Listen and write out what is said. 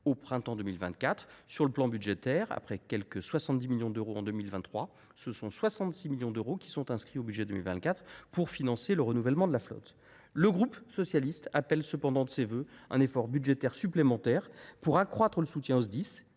au printemps 2024. Après quelque 70 millions d’euros en 2023, ce sont 66 millions d’euros qui sont inscrits au budget 2024 pour financer le renouvellement de la flotte. Le groupe socialiste appelle cependant de ses vœux à un effort budgétaire supplémentaire pour accroître le soutien aux Sdis,